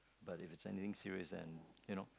but if it's something serious and you know